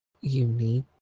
unique